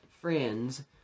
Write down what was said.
friends